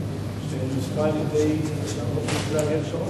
שנוסחה על-ידי ראש הממשלה אריאל שרון,